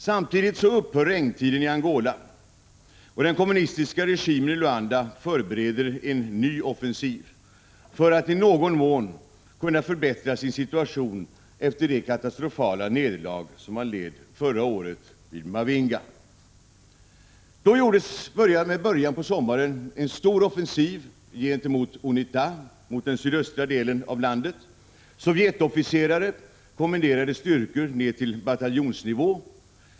Samtidigt upphör regntiden i Angola. Den kommunistiska regimen i Luanda förbereder en ny offensiv för att i någon mån kunna förbättra sin situation efter det katastofala nederlag som man led förra året vid Mavinga. Då gjordes, med början på sommaren, en stor offensiv mot UNITA, mot den sydöstra delen av landet. Sovjetofficerare kommenderade styrkor ned till bataljonsnivå.